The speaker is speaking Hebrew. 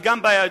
וגם ביהדות.